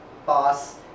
boss